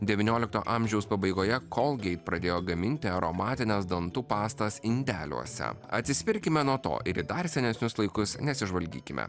devyniolikto amžiaus pabaigoje colgate pradėjo gaminti aromatines dantų pastas indeliuose atsispirkime nuo to ir į dar senesnius laikus nesižvalgykime